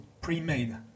pre-made